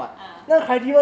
ah